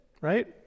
right